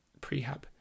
prehab